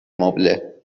مبله